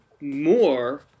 more